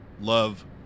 love